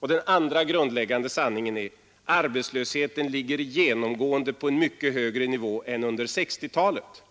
Den andra grundläggande sanningen är: Arbetslösheten ligger genomgående på en mycket högre nivå än under 1960-talet.